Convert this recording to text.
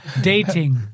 Dating